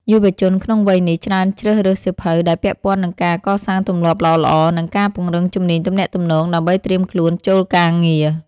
យុវជនក្នុងវ័យនេះ ច្រើនជ្រើសរើសសៀវភៅដែលពាក់ព័ន្ធនឹងការកសាងទម្លាប់ល្អៗ និងការពង្រឹងជំនាញទំនាក់ទំនងដើម្បីត្រៀមខ្លួនចូលការងារ។